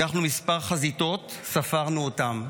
לקחנו מספר חזיתות וספרנו אותן,